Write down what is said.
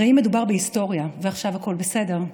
הרי אם מדובר בהיסטוריה ועכשיו הכול בסדר,